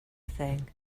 thing